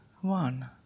one